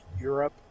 Europe